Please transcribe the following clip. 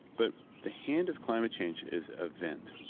but the hand of climate change is event.